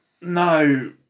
No